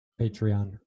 Patreon